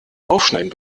aufschneiden